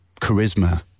charisma